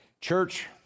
Church